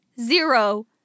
zero